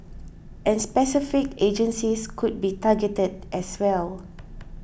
and specific agencies could be targeted as well